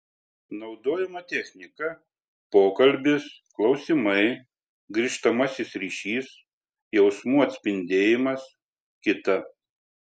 naudojama technika pokalbis klausimai grįžtamasis ryšys jausmų atspindėjimas kita